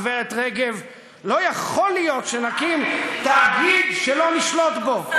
הגברת רגב: לא יכול להיות תאגיד שלא נשלוט בו.